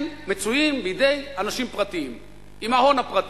הם מצויים בידי אנשים פרטיים עם ההון הפרטי.